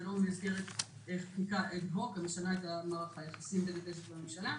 ולא במסגרת חקיקה אד-הוק המשנה את מערך היחסים בין הכנסת לבין הממשלה.